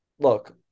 Look